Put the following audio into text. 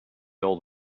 old